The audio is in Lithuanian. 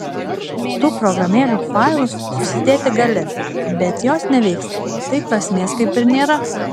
tų programėlių failus susidėti gali bet jos neveiks tai prasmės kaip ir nėra